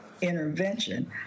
intervention